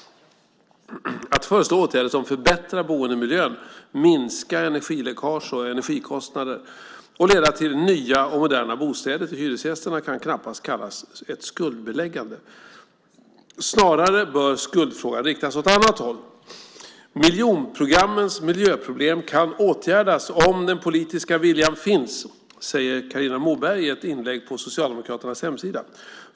Att föreslå åtgärder som kan förbättra boendemiljön, minska energiläckage och energikostnader och leda till nya och moderna bostäder till hyresgästerna kan knappas kallas ett skuldbeläggande. Snarare bör skuldfrågan riktas åt ett annat håll. "Miljonprogrammens miljöproblem kan åtgärdas - om den politiska viljan finns", säger Carina Moberg i ett inlägg på Socialdemokraternas hemsida.